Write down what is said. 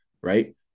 right